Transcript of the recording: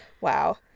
wow